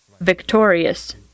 victorious